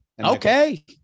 Okay